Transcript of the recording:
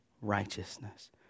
righteousness